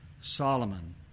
Solomon